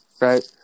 Right